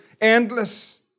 endless